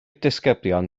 disgyblion